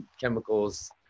chemicals